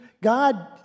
God